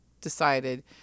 decided